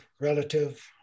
relative